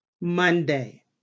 Monday